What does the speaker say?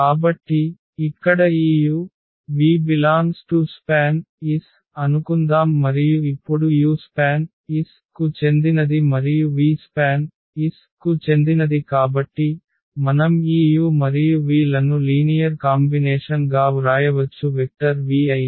కాబట్టి ఇక్కడ ఈ u v∈SPAN అనుకుందాం మరియు ఇప్పుడు u SPAN కు చెందినది మరియు v SPAN కు చెందినది కాబట్టి మనం ఈ u మరియు v లను లీనియర్ కాంబినేషన్ గా వ్రాయవచ్చు వెక్టర్ vi ని